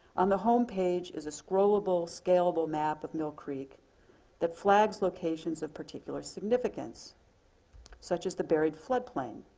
on the home page is a scrollable, scalable map of mill creek that flags locations of particular significance such as the buried flood plane.